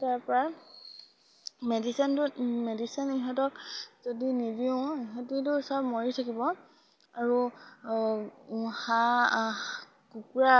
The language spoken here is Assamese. তাৰপৰা মেডিচিনটোত মেডিচিন ইহঁতক যদি নিদিওঁ ইহঁতিটো চব মৰি থাকিব আৰু হাঁহ কুকুৰা